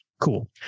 cool